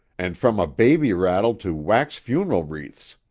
and from a baby rattle to wax funeral wreaths,